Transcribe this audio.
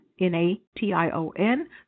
N-A-T-I-O-N